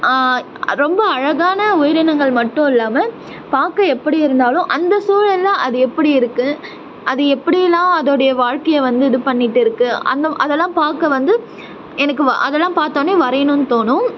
ரொம்ப அழகான உயிரினங்கள் மட்டும் இல்லாமல் பார்க்க எப்படி இருந்தாலும் அந்த சூழலில் அது எப்படி இருக்கு அது எப்படியெல்லாம் அதோடைய வாழ்க்கையை வந்து இது பண்ணிவிட்டு இருக்கு அந்த அதெல்லாம் பார்க்க வந்து எனக்கு அதெல்லாம் பார்த்தோன்னே வரையணும்ன்னு தோணும்